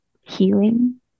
healing